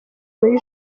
muri